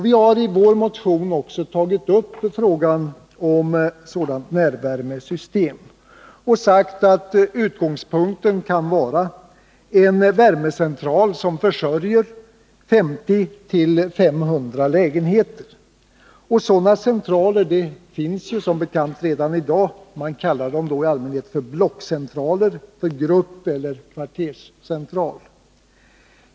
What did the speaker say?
Vi har i vår motion också tagit upp frågan om ett sådant närvärmesystem och sagt att utgångspunkten kan vara en värmecentral som försörjer ca 50-500 lägenheter. Sådana centraler finns redan i dag och kallas då för blockcentral, gruppeller kvarterscentral.